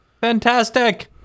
Fantastic